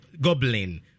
Goblin